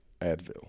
Advil